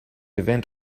event